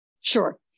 Sure